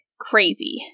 Crazy